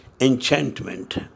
enchantment